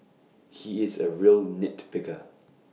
he is A real nit picker